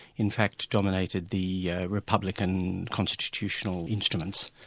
in fact dominated the republican constitutional instruments,